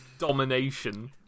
Domination